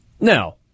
now